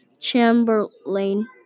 Chamberlain